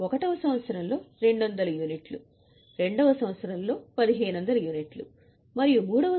1 వ సంవత్సరంలో అంచనా 2000 యూనిట్లు 2 వ సంవత్సరం లో 1500 యూనిట్లు మరియు 3 వ సంవత్సరంలో 500 యూనిట్లు